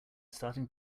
starting